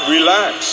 Relax